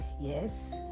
Yes